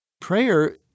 Prayer